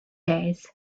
days